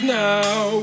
now